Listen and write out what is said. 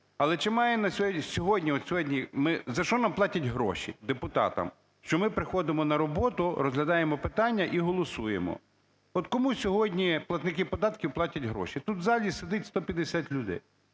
Але чи має сьогодні, от сьогодні ми… за що нам платять гроші, депутатам? Що ми приходимо на роботу, розглядаємо питання і голосуємо. От кому сьогодні платники податків платять гроші? Тут у залі сидить 150 людей.